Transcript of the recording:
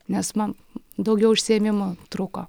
nes man daugiau užsiėmimų truko